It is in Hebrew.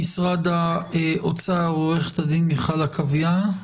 ממשרד האוצר: עורכת הדין מיכל עקביה,